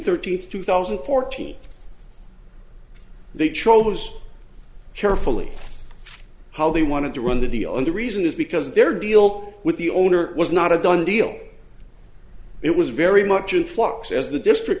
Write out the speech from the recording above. thirteenth two thousand and fourteen they chose carefully how they wanted to run the d on the reason is because there deal with the owner was not a done deal it was very much in flux as the district